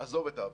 עזוב את העבר,